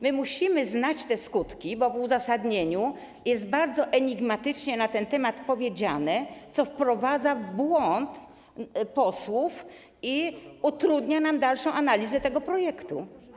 Musimy znać te skutki, bo w uzasadnieniu jest bardzo enigmatycznie na ten temat powiedziane, co wprowadza posłów w błąd i utrudnia nam dalszą analizę tego projektu.